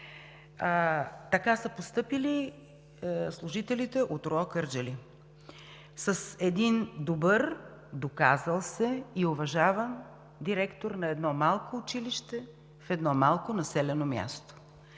Така са постъпили служителите от РУО – Кърджали, с един добър, доказал се и уважаван директор на едно малко училище, в едно малко населено място.